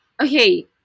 okay